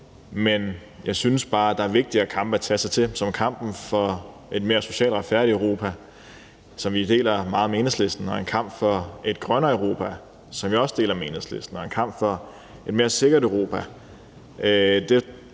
Men jeg synes bare, at der er vigtigere kampe at tage, f.eks. kampen om et mere socialt retfærdigt Europa, som vi deler meget med Enhedslisten, og en kamp for et grønnere Europa, som vi også deler med Enhedslisten, og en kamp for et mere sikkert Europa.